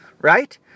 Right